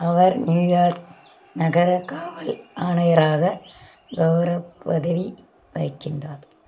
அவர் New York நகரக் காவல் ஆணையராக கௌரவப் பதவி வகிக்கின்றார்